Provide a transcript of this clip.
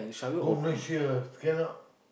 go Malaysia ah cannot